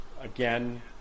again